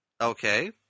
Okay